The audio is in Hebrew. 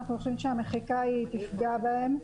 אנחנו חושבים שהמחיקה תפגע בהם,